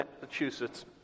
Massachusetts